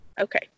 Okay